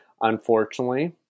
unfortunately